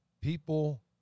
people